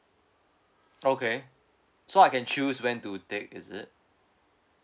okay so I can choose when to take is it